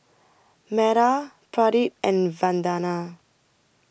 Medha Pradip and Vandana